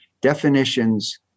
definitions